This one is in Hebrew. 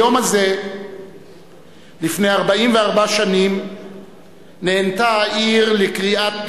היום הזה לפני 44 שנים נענתה העיר לקריאת